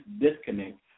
disconnect